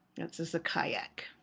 is a kayak.